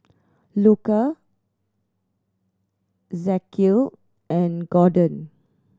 Luka Ezekiel and Gorden